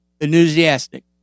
enthusiastic